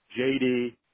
JD